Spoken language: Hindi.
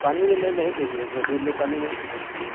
पानी वानी नहीं चाहिए उसमें दूध में पानी नहीं होना चाहिए